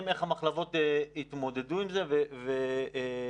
שכותרתו: סיבות למחסור צד המחלבות.) (מוקרן שקף,